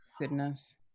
Goodness